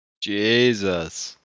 Jesus